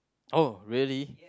oh really